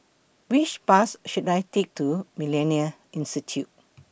Which Bus should I Take to Millennia Institute